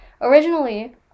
originally